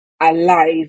alive